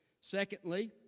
Secondly